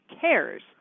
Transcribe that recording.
cares